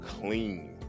clean